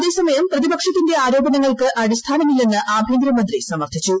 അതേസമയം പ്രതിപക്ഷത്തിന്റെ ആരോപണങ്ങൾക്ക് അടിസ്ഥാനമില്ലെന്ന് ആഭ്യന്തരമന്ത്രി സമർഥിച്ചു